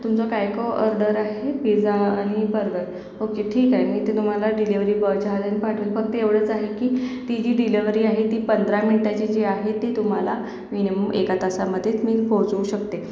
तुमचं काय काय ऑर्डर आहे पिझ्झा आणि बर्गर ओके ठीक आहे मी ते तुम्हाला डिलेवरी बॉयच्या हाताने पाठवील फक्त एवढंच आहे की ती जी डिलेव्हरी आहे ती पंधरा मिनिटाची जी आहे ती तुम्हाला मिनिमम एका तासामध्ये मी पोहोचवू शकते